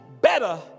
better